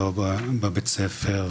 לא בבית הספר,